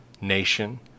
nation